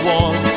one